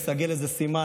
לסגל איזה סימן,